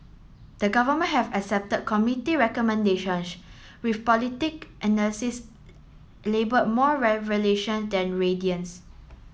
the Government have accepted committee recommendations which politic analysis labelled more than radiance